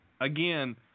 Again